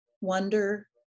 wonder